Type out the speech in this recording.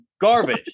garbage